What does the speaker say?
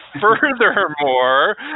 furthermore